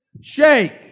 Shake